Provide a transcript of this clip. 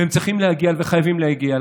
והם צריכים להגיע וחייבים להגיע,